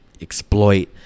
exploit